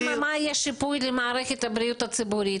וגם מה יהיה השיפוי למערכת הבריאות הציבורית.